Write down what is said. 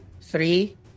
three